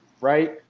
right